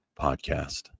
podcast